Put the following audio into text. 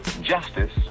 justice